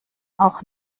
auch